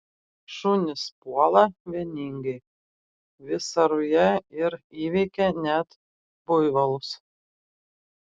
šunys puola vieningai visa ruja ir įveikia net buivolus